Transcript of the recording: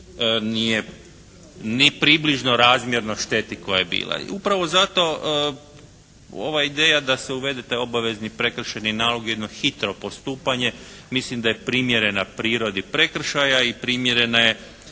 ni približno razmjerno šteti koja je bila. I upravo zato ova ideja da se uvede taj obavezni prekršajni nalog, jedno hitro postupanje mislim da je primjerena prirodi prekršaja i primjerena je